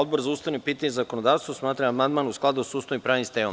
Odbor za ustavna pitanja i zakonodavstvo smatra da je amandman u skladu sa Ustavom i pravnim sistemom.